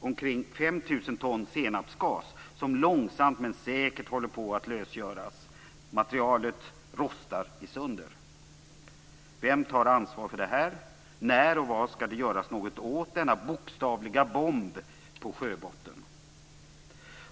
Omkring 5 000 ton är senapsgas, som långsamt men säkert håller på att lösgöras. Materialet rostar sönder. Vem tar ansvar för det här? Vad skall göras åt denna bokstavliga bomb på sjöbotten, och när?